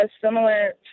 similar